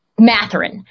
Matherin